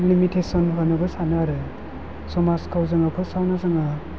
निमिटेसन होनोबो सानो आरो समाजखौ जोङो फार्सटावनो जोङो